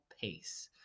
pace